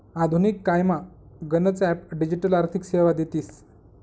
आधुनिक कायमा गनच ॲप डिजिटल आर्थिक सेवा देतीस